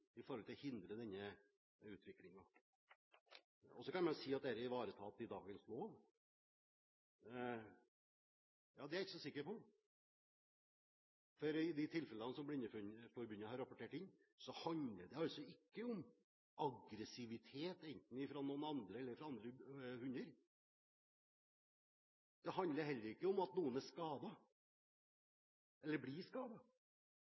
å hindre denne utviklingen. Så kan man si at dette er ivaretatt i dagens lov. Det er jeg ikke så sikker på, for i de tilfellene som Blindeforbundet har rapportert inn, handler det ikke om aggressivitet fra andre hunder. Det handler heller ikke om at noen er skadet, eller blir skadet.